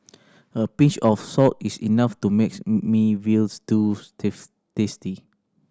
a pinch of salt is enough to make me veal stew tasty